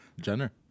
Jenner